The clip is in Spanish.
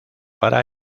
para